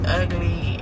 ugly